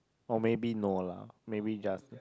or maybe no lah maybe just